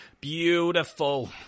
Beautiful